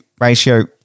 ratio